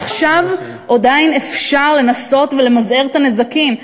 עכשיו עדיין אפשר לנסות ולמזער את הנזקים.